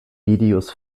videos